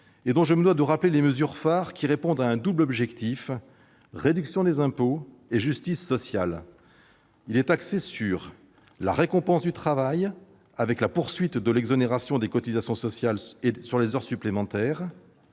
et dont je me dois de rappeler les mesures phares, qui répondent à un double objectif de réduction des impôts et de justice sociale. Le PLFSS est axé sur la récompense du travail, avec la poursuite de l'exonération de cotisations sociales sur les heures supplémentaires,